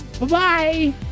Bye-bye